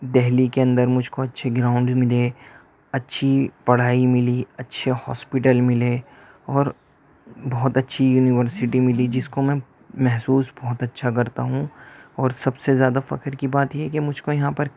دہلی کے اندر مجھ کو اچھے گراؤنڈ ملے اچھی پڑھائی ملی اچھے ہاسپٹل ملے اور بہت اچھی یونیورسٹی ملی جس کو میں محسوس بہت اچھا کرتا ہوں اور سب سے زیادہ فخر کی بات یہ ہے کہ مجھ کو یہاں پر